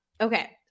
Okay